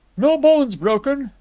no bones broken,